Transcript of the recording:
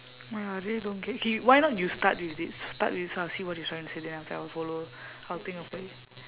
!wah! I really don't get K why not you start with it start with it so I'll see what you're trying to say then after that I will follow I'll think of like